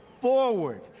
forward